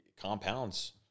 compounds